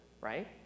right